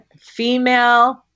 female